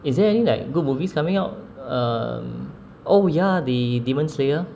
is there any like good movies coming out um oh ya the demon slayer